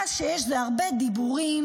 מה שיש זה הרבה דיבורים,